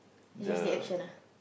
it's just the action ah